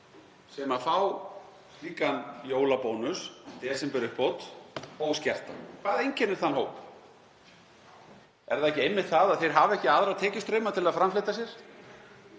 sem fá slíkan jólabónus, desemberuppbót, óskertan? Hvað einkennir þann hóp? Er það ekki einmitt það að þau hafa ekki aðra tekjustrauma til að framfleyta sér?